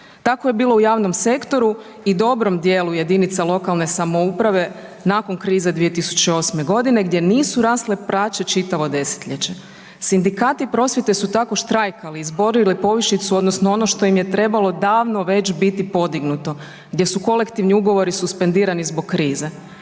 Tako je bilo u javnom sektoru i dobrom dijelu JLS nakon krize 2008.g. gdje nisu rasle plaće čitavo desetljeće. Sindikati prosvjete su tako štrajkali i izborili povišicu odnosno ono što im je trebalo davno već biti podignuto, gdje su kolektivni ugovori suspendirani zbog krize.